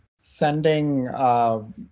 sending